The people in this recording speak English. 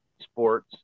Sports